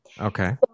Okay